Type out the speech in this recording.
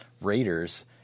Raiders